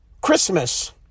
Christmas